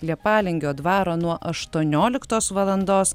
leipalingio dvaro nuo aštuonioliktos valandos